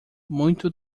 muito